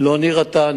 לא נירתע.